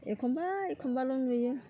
एखमब्ला एखमब्लाल' नुयो